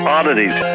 Oddities